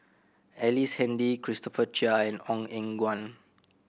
Ellice Handy Christopher Chia and Ong Eng Guan